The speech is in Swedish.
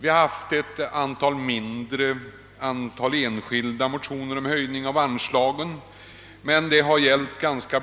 Vi har haft ett mindre antal enskilda motioner om höjning av anslagen men det har gällt ganska